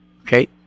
Okay